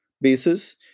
basis